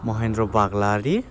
Mahendra Baglary